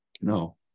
No